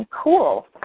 Cool